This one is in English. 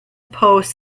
posts